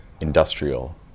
industrial